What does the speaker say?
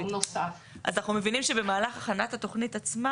אז אנחנו מבינים שבמהלך התוכנית עצמה